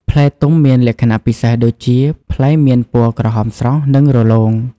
ផ្លែទុំមានលក្ខណៈពិសេសដូចជា ផ្លែមានពណ៌ក្រហមស្រស់ និងរលោង។